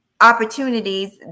opportunities